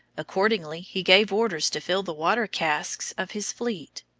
accordingly he gave orders to fill the water casks of his fleet.